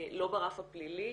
לא ברף הפלילי.